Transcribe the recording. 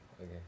Okay